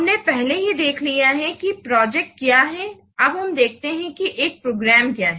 हमने पहले ही देख लिया है कि एक प्रोजेक्ट क्या है अब हम देखते हैं कि एक प्रोग्राम क्या है